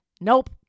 nope